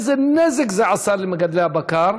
איזה נזק זה עשה למגדלי הבקר.